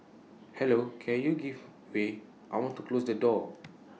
hello can you give way I want to close the door